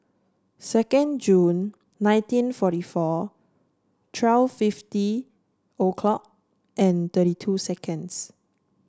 second June nineteen forty four twelve fifty a clock and thirty two seconds